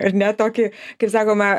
ar ne tokį kaip sakoma